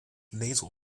nasal